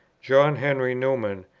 john henry newman,